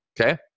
Okay